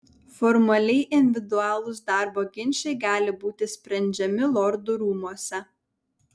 formaliai individualūs darbo ginčai gali būti sprendžiami lordų rūmuose